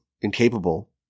incapable